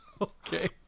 Okay